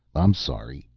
i'm sorry,